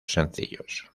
sencillos